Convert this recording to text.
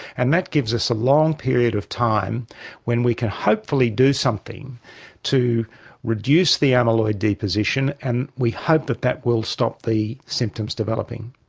and that gives us a long period of time when we can hopefully do something to reduce the amyloid deposition, and we hope that that will stop the symptoms developing.